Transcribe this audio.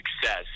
success